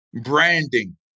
branding